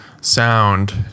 sound